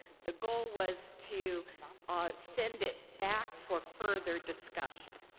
the goal was to ah send it back for further discussion.